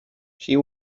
she